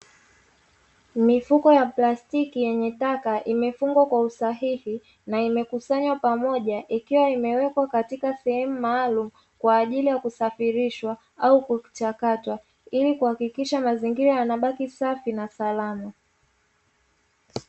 Mifuko ya plastiki yenye taka imefungwa kwa usahihi na imekusanywa pamoja ikiwa imewekwa katika sehemu maalumu kwa ajili ya kusafirishwa au kuchakatwa ili kuhakikisha mazingira yanabaki safi na salama.